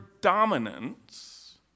dominance